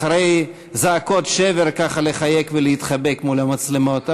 אחרי זעקות שבר ככה לחייך ולהתחבק מול המצלמות.